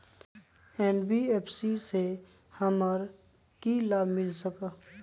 NBFC से हमार की की लाभ मिल सक?